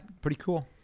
pretty cool.